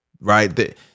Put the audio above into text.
right